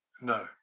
No